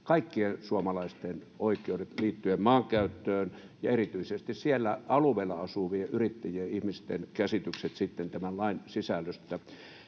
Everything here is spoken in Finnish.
kaikkien suomalaisten oikeudet liittyen maankäyttöön ja erityisesti siellä alueella asuvien yrittäjien ja ihmisten käsitykset tämän lain sisällöstä.